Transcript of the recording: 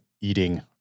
eating